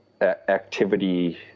activity